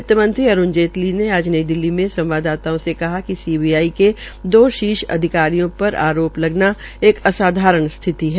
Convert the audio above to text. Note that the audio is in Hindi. वित्तमंत्री अरूण जेटली ने आज नई दिल्ली में संवाददाताओं से कहा कि सीबीआई के दो शीर्ष अधिकारियों पर आरोप लगाना एक असाधारण स्थिति है